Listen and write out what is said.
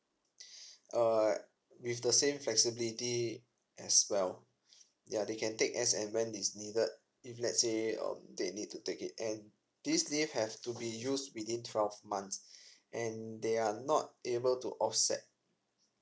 uh with the same flexibility as well ya they can take as and when it's needed if let's say um they need to take it and this leave have to be used within twelve months and they are not able to offset